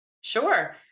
Sure